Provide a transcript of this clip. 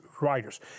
writers